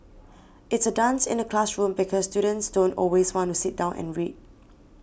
it's a dance in the classroom because students don't always want to sit down and read